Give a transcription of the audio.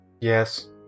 Yes